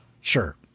Sure